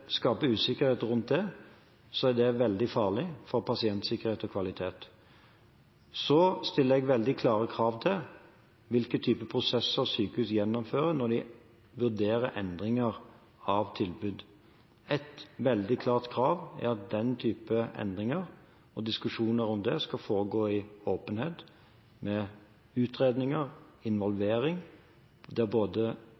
usikkerhet rundt det, er det veldig farlig for pasientsikkerhet og kvalitet. Jeg stiller veldig klare krav til hvilke type prosesser sykehus gjennomfører når de vurderer endringer av tilbud. Ett veldig klart krav er at diskusjoner om den type endringer skal foregå i åpenhet, med utredninger